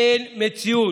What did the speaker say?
אין מציאות,